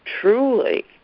truly